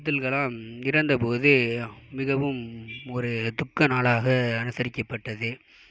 அப்துல் கலாம் இறந்த போது மிகவும் ஒரு துக்க நாளாக அனுசரிக்க பட்டது